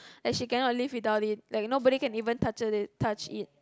like she cannot live without it like nobody can even touch it touch it